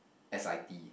s_i_t